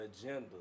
agenda